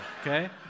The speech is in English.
okay